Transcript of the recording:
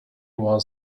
was